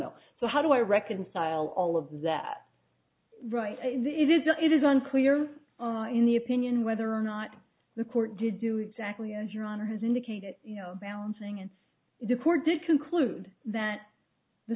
know so how do i reconcile all of that right it is the it is unclear in the opinion whether or not the court did do exactly as your honor has indicated you know balancing and the court did conclude that the